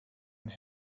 and